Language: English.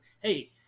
hey